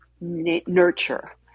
nurture